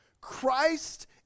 Christ